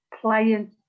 playing